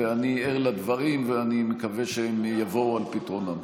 ואני ער לדברים, ואני מקווה שהם יבואו על פתרונם.